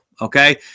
Okay